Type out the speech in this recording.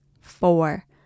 four